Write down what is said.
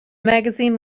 magazine